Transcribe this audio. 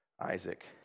Isaac